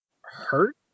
hurt